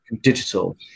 digital